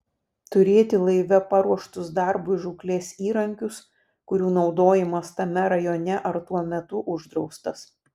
turėti laive paruoštus darbui žūklės įrankius kurių naudojimas tame rajone ar tuo metu uždraustas